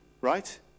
Right